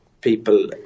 people